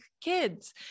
kids